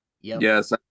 Yes